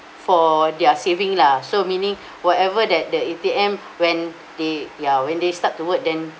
for their saving lah so meaning whatever that the A_T_M when they ya when they start to work then